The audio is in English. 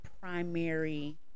primary